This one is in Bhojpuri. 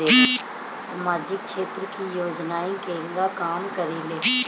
सामाजिक क्षेत्र की योजनाएं केगा काम करेले?